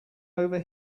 over